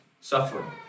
suffering